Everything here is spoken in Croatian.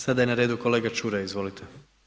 Sada je na redu kolega Čuraj, izvolite.